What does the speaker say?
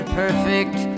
perfect